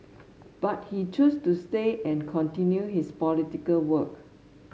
but he choose to stay and continue his political work